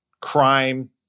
crime